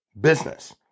business